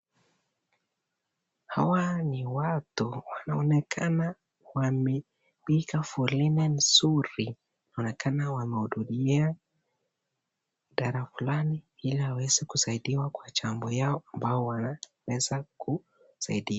Hawa ni watu, wanaonekana wamiminika foleni mzuri. Wanaonekana wanahudumia, idhara fulani ili waweze kusaidiwa kwa jambo yao ambao wanaweza ku-saidiwa .